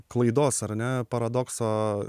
klaidos ar ne paradokso